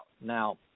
Now